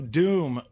doom